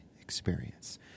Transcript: experience